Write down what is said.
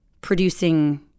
producing